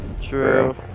True